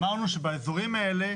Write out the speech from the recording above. אמרנו שבאזורים האלה